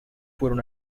fueron